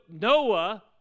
Noah